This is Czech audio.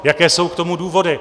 Jaké jsou k tomu důvody?